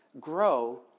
grow